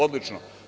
Odlično.